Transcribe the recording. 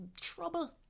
trouble